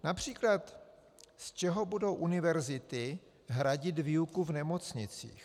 Například z čeho budou univerzity hradit výuku v nemocnicích?